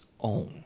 own